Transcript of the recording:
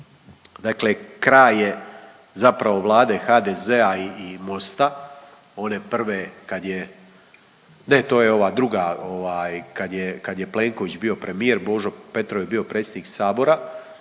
dakle kraj je zapravo Vlade HDZ-a i Mosta, one prve kad je, ne to je ova druga ovaj kad je Plenković bio premijer, Božo Petrov je bio predsjednik Sabora.